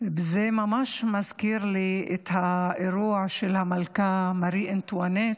זה ממש מזכיר לי את האירוע של המלכה מארי אנטואנט,